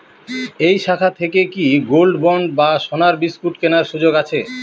এই শাখা থেকে কি গোল্ডবন্ড বা সোনার বিসকুট কেনার সুযোগ আছে?